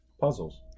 Puzzles